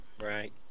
right